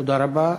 תודה רבה.